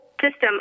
system